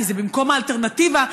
כי זה במקום האלטרנטיבה,